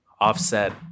Offset